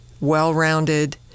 well-rounded